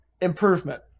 improvement